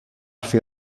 fer